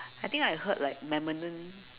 I think I heard like momentum